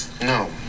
No